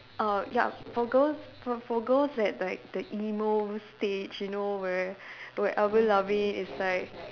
err yup for girls for for girls that like the emo stage you know where where Avril Lavigne is like